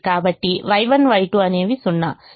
కాబట్టి Y1Y2 అనేవి 0